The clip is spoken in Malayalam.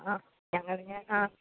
ആ ഞങ്ങളിങ്ങനെ ആ